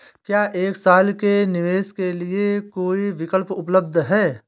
क्या एक साल के निवेश के लिए कोई विकल्प उपलब्ध है?